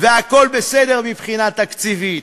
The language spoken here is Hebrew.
והכול בסדר מבחינה תקציבית,